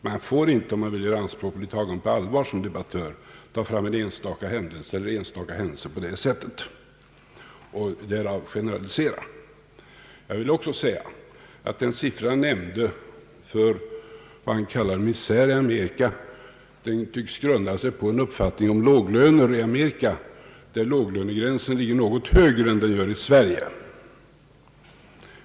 Man får inte — om man vill göra anspråk på att bli tagen på allvar som debattör — ta fram en enstaka händelse på detta sätt och därav generalisera. Jag vill också säga att den siffra han nämnde för vad man kallar misär i Amerika tycks grunda sig på en uppskattning av låglönerna i Amerika, där låglönegränsen ligger något högre än den gör i Sverige.